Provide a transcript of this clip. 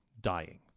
dying